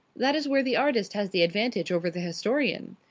that is where the artist has the advantage over the historian.